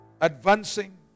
advancing